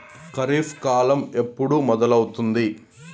ఖరీఫ్ కాలం ఎప్పుడు మొదలవుతుంది?